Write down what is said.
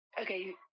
Okay